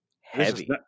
heavy